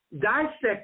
Dissect